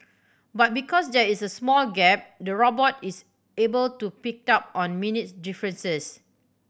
but because there is a small gap the robot is able to pick up on minute differences